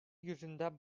yüzünden